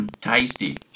Tasty